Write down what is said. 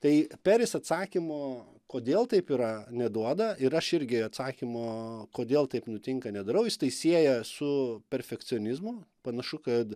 tai peris atsakymo kodėl taip yra neduoda ir aš irgi atsakymo kodėl taip nutinka nedarau jis tai sieja su perfekcionizmu panašu kad